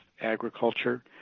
agriculture